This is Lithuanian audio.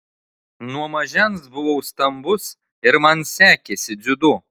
nuo mažens buvau stambus ir man sekėsi dziudo